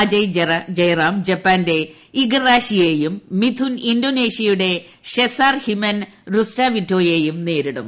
അജയ് ജയറാം ജപ്പാന്റെ യു ഇഗറാഷിയെയും മിഥുൻ ഇന്തോനേഷ്യയുടെ ഷെസാർ ഹിമൻ റുസ്റ്റാവിറ്റോയേയും നേരിടും